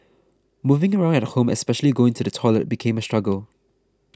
moving around at home especially going to the toilet became a struggle